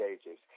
stages